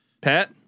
Pat